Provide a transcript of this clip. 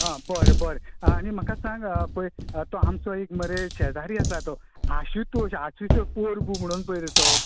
आं बरो बरे आं आनी म्हाका सांग तो आमचो एक मरे शेजारी आसा आशुतोश आशुतोश पोर्ब म्हणून पळय रे तो